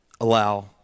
allow